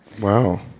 Wow